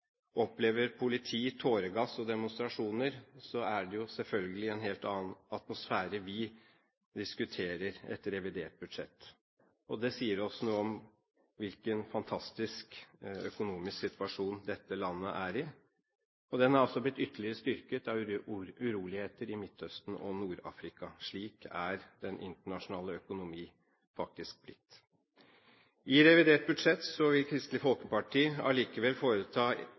helt annen atmosfære vi diskuterer et revidert budsjett. Det sier noe om hvilken fantastisk økonomisk situasjon dette landet er i. Den har også blitt ytterligere styrket av uroligheter i Midtøsten og Nord-Afrika. Slik har den internasjonale økonomi faktisk blitt. I revidert budsjett vil Kristelig Folkeparti allikevel foreta